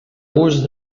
gust